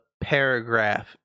paragraph